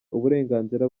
uburenganzira